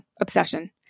obsession